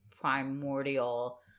primordial